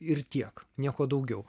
ir tiek niekuo daugiau